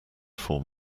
form